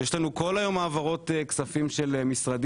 יש לנו כל יום העברות תקציביות של משרדים.